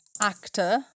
actor